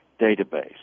database